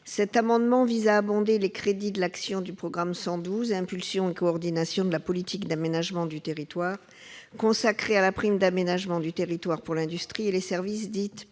Cet amendement vise à abonder les crédits du programme 112, « Impulsion et coordination de la politique d'aménagement du territoire », consacrés à la prime d'aménagement du territoire pour l'industrie et les services,